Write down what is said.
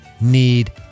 need